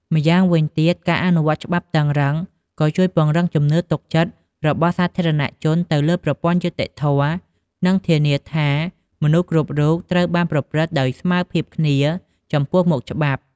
ម្យ៉ាងវិញទៀត ការអនុវត្តច្បាប់តឹងរ៉ឹងក៏ជួយពង្រឹងជំនឿទុកចិត្តរបស់សាធារណជនទៅលើប្រព័ន្ធយុត្តិធម៌ និងធានាថាមនុស្សគ្រប់រូបត្រូវបានប្រព្រឹត្តដោយស្មើភាពគ្នាចំពោះមុខច្បាប់។